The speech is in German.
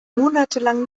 monatelang